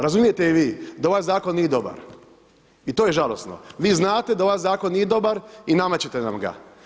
Razumijete i vi da ovaj zakon nije dobar i to je žalosno, vi znate da ovaj zakon nije dobar i namećete nam ga.